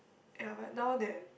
ya but now that